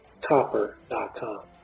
copper.com